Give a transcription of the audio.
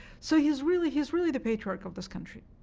so he's really he's really the patriarch of this country.